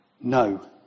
No